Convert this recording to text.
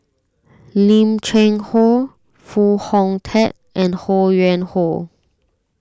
Lim Cheng Hoe Foo Hong Tatt and Ho Yuen Hoe